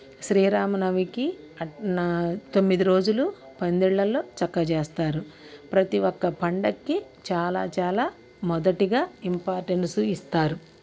శ్రీరామనవమికి నా తొమ్మిది రోజులు పందిళ్ళలో చక్కగా చేస్తారు ప్రతీ ఒక్క పండుగకి చాలా చాలా మొదటిగా ఇంపార్టెన్సు ఇస్తారు